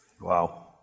Wow